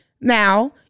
Now